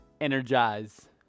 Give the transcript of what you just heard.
energize